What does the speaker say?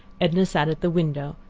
edna sat at the window,